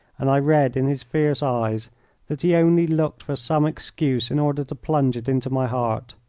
and i read in his fierce eyes that he only looked for some excuse in order to plunge it into my heart.